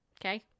Okay